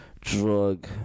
drug